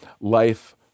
life